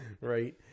Right